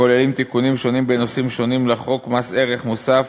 הכוללים תיקונים שונים בנושאים שונים לחוק מס ערך מוסף,